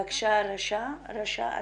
בבקשה, רשא.